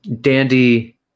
Dandy